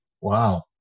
Wow